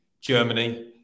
Germany